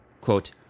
Quote